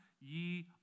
ye